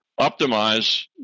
optimize